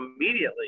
immediately